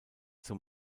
zum